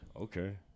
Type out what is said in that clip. Okay